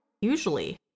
usually